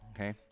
okay